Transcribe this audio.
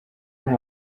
nta